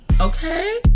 Okay